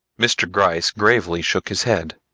mr. gryce gravely shook his head.